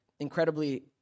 incredibly